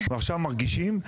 ועכשיו מרגישים,